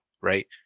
right